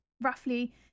roughly